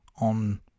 on